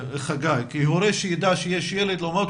הורה שידע שיש ילד מאומת,